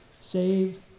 save